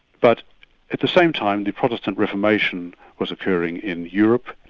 but at the same time the protestant reformation was occurring in europe,